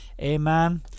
amen